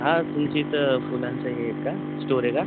हां तुमची इथं फुलांचं हे आहे का स्टोर आहे का